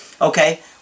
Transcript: Okay